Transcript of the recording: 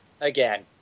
again